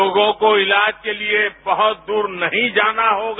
लोगों को इलाज के लिए बहुत दूर नहीं जाना होगा